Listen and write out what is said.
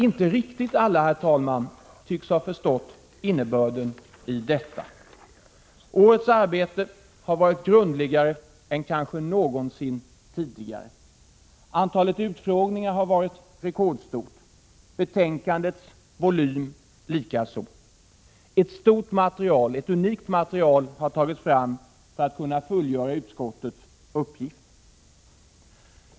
Inte riktigt alla, herr talman, tycks ha förstått innebörden i detta. Årets arbete har varit grundligare än kanske någonsin tidigare. Antalet utfrågningar har varit rekordstort, betänkandets volym likaså. Ett stort och unikt material har tagits fram för att man skulle kunna fullgöra utskottets uppgift.